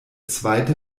zweite